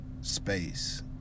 space